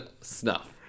snuff